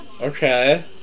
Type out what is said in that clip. Okay